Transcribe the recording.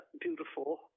beautiful